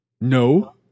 No